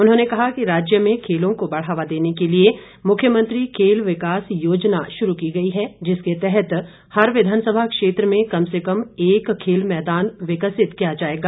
उन्होंने कहा कि राज्य में खेलों को बढ़ावा देने के लिए मुख्यमंत्री खेल विकास योजना शुरू की गई है जिसके तहत हर विधानसभा क्षेत्र में कम से कम एक खेल मैदान विकसित किया जाएगा